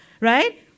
right